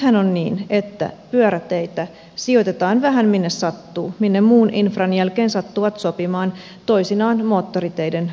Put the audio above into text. nythän on niin että pyöräteitä sijoitetaan vähän minne sattuu minne muun infran jälkeen sattuvat sopimaan toisinaan moottoriteiden varsille